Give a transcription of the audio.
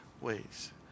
ways